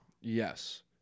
Yes